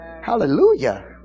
hallelujah